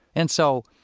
and so,